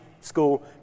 school